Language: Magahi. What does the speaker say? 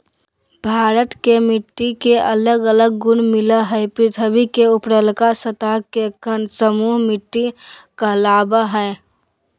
भारत के मिट्टी के अलग अलग गुण मिलअ हई, पृथ्वी के ऊपरलका सतह के कण समूह मिट्टी कहलावअ हई